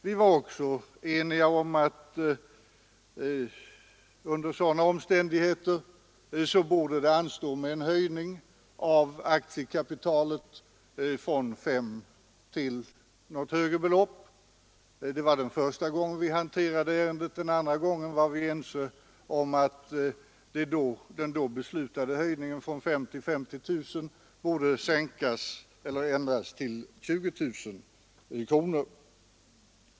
Vi var också eniga om att under sådana omständigheter borde det anstå med en höjning av aktiekapitalet från 5 000 kronor till ett högre belopp. Det var första gången vi hanterade det ärendet. Andra gången var vi ense om att den då beslutade höjningen från 5 000 till 50 000 borde ändras till 20 000 kronor.